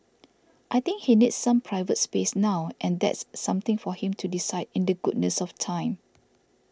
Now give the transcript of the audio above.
I think he needs some private space now and that's something for him to decide in the goodness of time